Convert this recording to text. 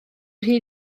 rhy